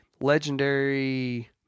legendary